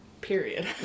period